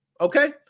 Okay